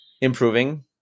improving